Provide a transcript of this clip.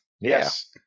Yes